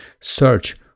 search